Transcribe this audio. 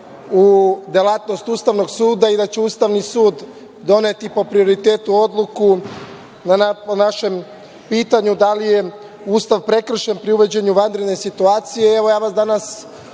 u delatnost Ustavnog suda i da će Ustavni sud doneti po prioritetu odluku po našem pitanju da li je Ustav prekršen pri uvođenju vanredne situacije.